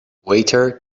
waiter